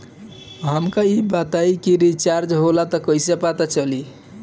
हमका ई बताई कि रिचार्ज होला त कईसे पता चली?